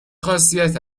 خاصیت